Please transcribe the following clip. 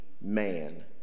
man